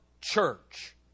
church